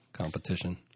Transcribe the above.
competition